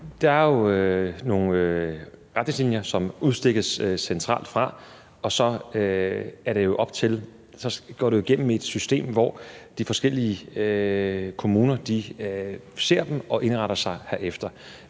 Der er jo nogle retningslinjer, som udstikkes centralt fra, og så går det jo igennem et system, hvor de forskellige kommuner ser dem og indretter sig herefter.